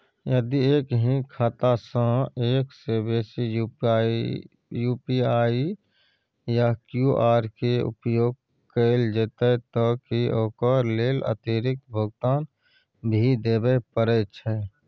यदि एक ही खाता सं एक से बेसी यु.पी.आई या क्यू.आर के उपयोग कैल जेतै त की ओकर लेल अतिरिक्त भुगतान भी देबै परै छै?